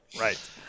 right